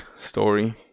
story